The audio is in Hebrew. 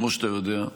כמו שאתה יודע,